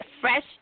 fresh